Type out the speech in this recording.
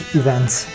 events